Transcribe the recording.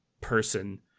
person